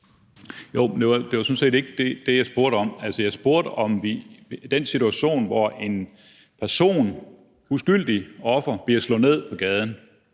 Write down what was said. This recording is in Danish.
Men det var sådan set ikke det, jeg spurgte om. Altså, jeg spurgte til den situation, hvor en person, et uskyldigt offer, bliver slået ned på gaden,